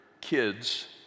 kids